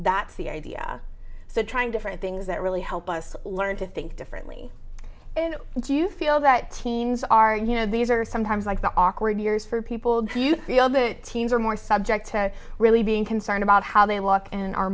that's the idea so trying different things that really help us learn to think differently and do you feel that teens are you know these are sometimes like the awkward years for people do you feel the teens are more subject to really being concerned about how they walk and are